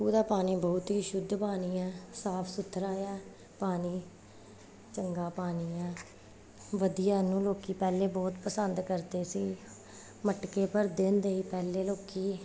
ਖੂਹ ਦਾ ਪਾਣੀ ਬਹੁਤ ਹੀ ਸ਼ੁੱਧ ਪਾਣੀ ਹੈ ਸਾਫ ਸੁਥਰਾ ਆ ਪਾਣੀ ਚੰਗਾ ਪਾਣੀ ਹੈ ਵਧੀਆ ਇਹਨੂੰ ਲੋਕੀ ਪਹਿਲੇ ਬਹੁਤ ਪਸੰਦ ਕਰਦੇ ਸੀ ਮਟਕੇ ਭਰਦੇ ਹੁੰਦੇ ਸੀ ਪਹਿਲੇ ਲੋਕੀ